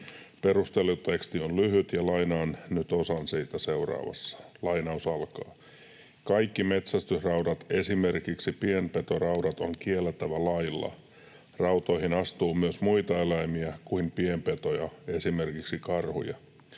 Perusteluteksti on lyhyt, ja lainaan nyt osan siitä seuraavassa: ”Kaikki metsästysraudat, esimerkiksi pienpetoraudat, on kiellettävä lailla. Rautoihin astuu myös muita eläimiä kuin pienpetoja, esimerkiksi karhuja.